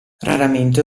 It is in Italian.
raramente